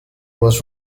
was